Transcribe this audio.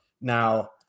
now